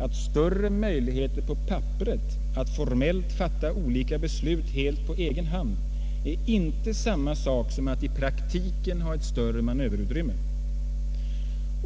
att större möjligheter på papperet att formellt fatta olika beslut helt på egen hand inte är samma sak som att i praktiken ha större manöverutrymme.